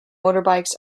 motorbikes